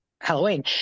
Halloween